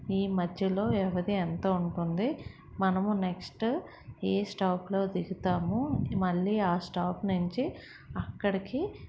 ఈ మధ్యలో వ్యవధి ఎంత ఉంటుంది మనము నెక్స్ట్ ఏ స్టాప్లో దిగుతాము మళ్ళీ ఆ స్టాప్ నుంచి అక్కడికి